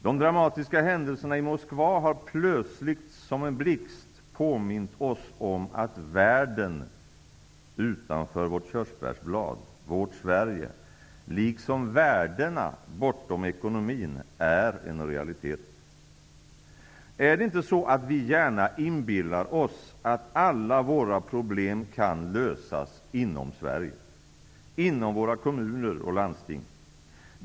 De dramatiska händelserna i Moskva har nu plötsligt som en blixt påmint oss om att världen utanför vårt körsbärsblad, vårt Sverige, liksom värdena bortom ekonomin är en realitet. Är det inte så att vi gärna inbillar oss att alla våra problem kan lösas inom Sverige, inom våra kommuner och landsting?